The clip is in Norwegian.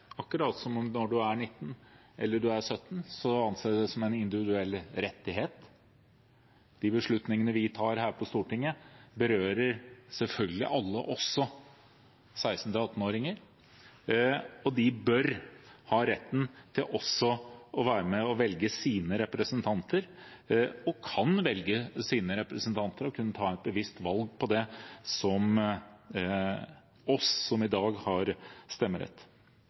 om man er 19 eller 17 år, anser vi det som en individuell rettighet. De beslutningene vi tar her på Stortinget, berører alle, også selvfølgelig 16–18-åringer, og de bør ha rett til å være med og velge sine representanter ved å ta et bevisst valg på samme måte som vi som i dag har stemmerett,